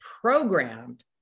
programmed